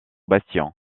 bastions